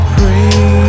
Pray